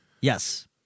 Yes